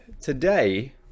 today